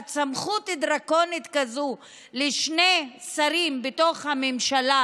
לתת סמכות דרקונית כזו לשני שרים בתוך הממשלה,